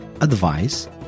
advice